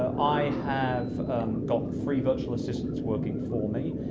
i have got three virtual assistants working for me.